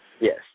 yes